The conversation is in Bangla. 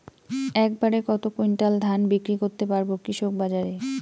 এক বাড়ে কত কুইন্টাল ধান বিক্রি করতে পারবো কৃষক বাজারে?